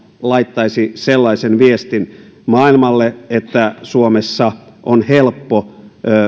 laittaisi sellaisen viestin maailmalle että suomessa on helppo